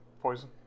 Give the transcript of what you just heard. poison